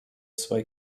zwei